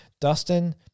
Dustin